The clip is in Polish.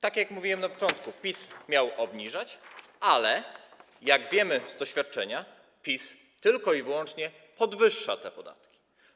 Tak jak mówiłem na początku: PiS miał obniżać, ale jak wiemy z doświadczenia, PiS tylko i wyłącznie podwyższa podatki.